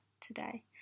today